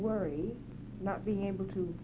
worry not being able to